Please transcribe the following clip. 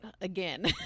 Again